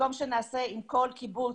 במקום שנעשה עם כל קיבוץ